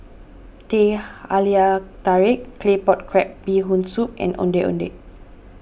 Teh Halia Tarik Claypot Crab Bee Hoon Soup and Ondeh Ondeh